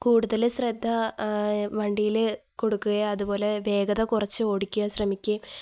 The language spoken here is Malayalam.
കൂടുതല് ശ്രദ്ധ വണ്ടിയില് കൊടുക്കുകയും അതുപോലെ വേഗത കുറച്ച് ഓടിക്കാൻ ശ്രമിക്കുകയും